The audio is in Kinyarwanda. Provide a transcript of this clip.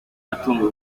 gutungwa